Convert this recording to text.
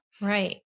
Right